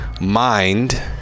mind